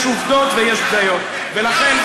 ולכן,